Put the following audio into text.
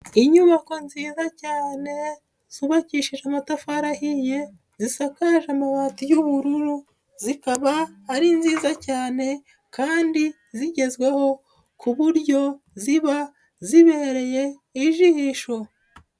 Inyubako nziza cyane zubakishije amatafari ahiye, zisakaje amabati y'ubururu, zikaba ari nziza cyane kandi zigezweho ku buryo ziba zibereye ijisho.